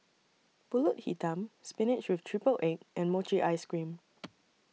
Pulut Hitam Spinach with Triple Egg and Mochi Ice Cream